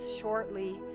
shortly